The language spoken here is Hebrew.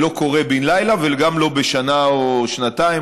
זה לא קורה בן לילה וגם לא בשנה או שנתיים.